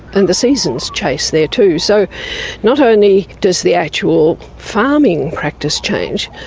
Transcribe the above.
and the seasons chase there too. so not only does the actual farming practice change,